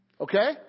Okay